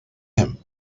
him